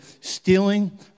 stealing